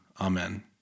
Amen